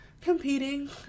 Competing